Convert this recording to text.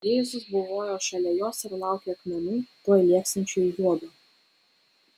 jėzus buvojo šalia jos ir laukė akmenų tuoj lėksiančių į juodu